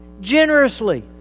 Generously